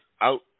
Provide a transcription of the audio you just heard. out